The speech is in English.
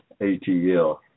ATL